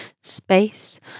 space